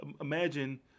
Imagine